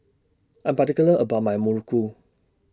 I Am particular about My Muruku